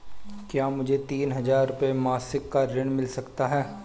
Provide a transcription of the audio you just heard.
क्या मुझे तीन हज़ार रूपये मासिक का ऋण मिल सकता है?